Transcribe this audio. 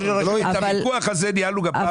את הוויכוח הזה ניהלנו גם בפעם הקודמת.